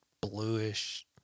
bluish